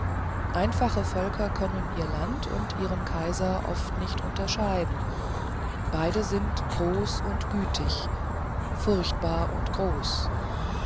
einfache völker können ihr land und ihren kaiser oft nicht unterscheiden beide sind groß und gütig furchtbar und groß